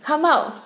come out